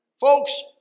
Folks